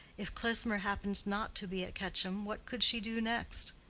if klesmer happened not to be at quetcham, what could she do next?